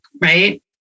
right